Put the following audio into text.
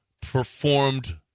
performed